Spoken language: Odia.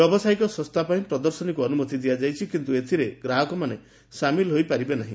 ବ୍ୟାବସାୟିକ ସଂସ୍ଥା ପାଇଁ ପ୍ରଦର୍ଶନୀକୁ ଅନୁମତି ଦିଆଯାଇଛି କିନ୍ତୁ ଏଥିରେ ଗ୍ରାହକମାନେ ସାମିଲ୍ ହୋଇପାରିବ ନାହି